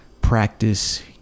practice